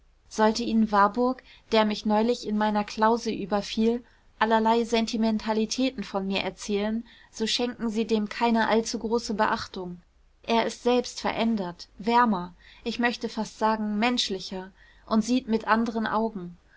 sollte ihnen warburg der mich neulich in meiner klause überfiel allerlei sentimentalitäten von mir erzählen so schenken sie dem keine allzu große beachtung er ist selbst verändert wärmer ich möchte fast sagen menschlicher und sieht mit anderen augen